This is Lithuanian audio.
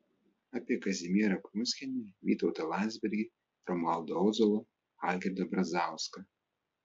apie kazimierą prunskienę vytautą landsbergį romualdą ozolą algirdą brazauską